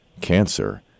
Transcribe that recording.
cancer